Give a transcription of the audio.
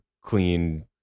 clean